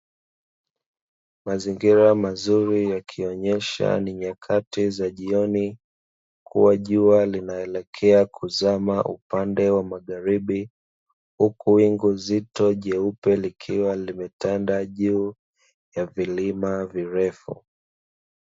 Mazingira mazuri yakionyesha ni nyakati za jioni, kuwa jua linaelekea kuzama upande wa magharibi, huku wingu zito jeupe likiwa limetanda juu ya vilima virefu.